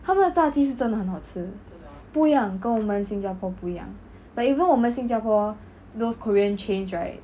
他们的炸鸡是真的很好吃不一样跟我们新加坡不一样 like even 我们新加坡 those korean chains right